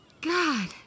God